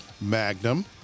Magnum